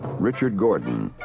richard gordon,